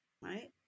Right